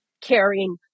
carrying